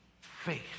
Faith